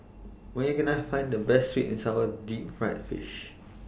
Where Can I Find The Best Sweet and Sour Deep Fried Fish